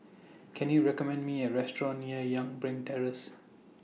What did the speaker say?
Can YOU recommend Me A Restaurant near Youngberg Terrace